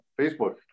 Facebook